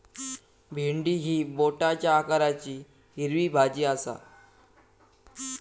भेंडी ही बोटाच्या आकाराची हिरवी भाजी आसा